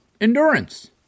endurance